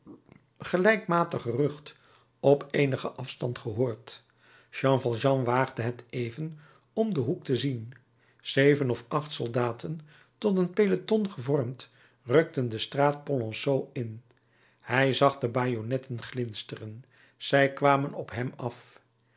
gelijkmatig gerucht op eenigen afstand gehoord jean valjean waagde het even om den hoek te zien zeven of acht soldaten tot een peloton gevormd rukten de straat polonceau in hij zag de bajonetten glinsteren zij kwamen op hem af